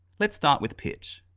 let's start with pitch.